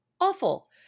awful